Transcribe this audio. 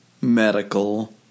Medical